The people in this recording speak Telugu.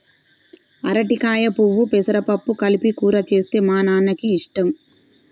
అరటికాయ పువ్వు పెసరపప్పు కలిపి కూర చేస్తే మా నాన్నకి ఇష్టం